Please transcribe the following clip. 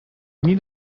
need